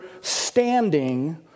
standing